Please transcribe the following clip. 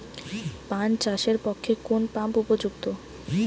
পান চাষের পক্ষে কোন পাম্প উপযুক্ত?